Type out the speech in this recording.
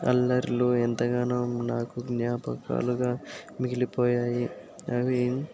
అల్లర్లు ఎంతగానో నాకు జ్ఞాపకాలుగా మిగిలిపోయాయి అవి